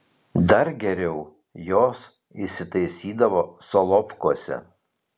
dar geriau jos įsitaisydavo solovkuose